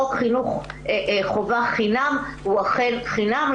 חוק חינוך חובה חינם הוא אכן חינם,